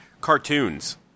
cartoons